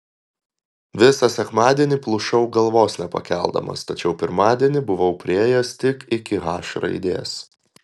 visą sekmadienį plušau galvos nepakeldamas tačiau pirmadienį buvau priėjęs tik iki h raidės